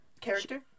character